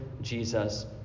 Jesus